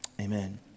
Amen